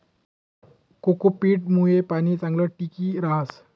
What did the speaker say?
cocopeat मुये पाणी चांगलं टिकी रहास